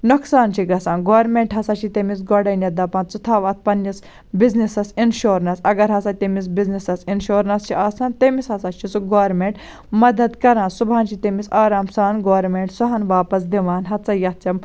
نۄقصان چھ گَژھان گورمنٹ ہَسا چھِ تٔس گۄڈٕنیٚتھ دَپان ژٕ تھاو اتھ پَننِس بِزنٮ۪سَس اِنشورنس اگر ہَسا تٔمِس بِزنٮ۪سَس اِنشورنس چھِ آسان تٔمِس ہَسا چھُ سُہ گورمنٹ مَدَد کَران صُبحَن چھِ تٔمس آرام سان گورمنٹ سُہ ہَن واپَس دِوان ہَتسا یتھ ژےٚ